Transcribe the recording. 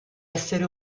esseri